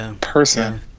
person